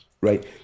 Right